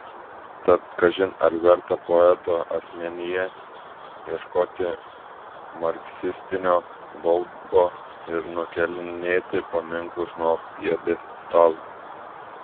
tad kažin ar verta poeto asmenyje ieškoti marksistinio baubo ir nukėlinėti paminklus nuo pjedestalų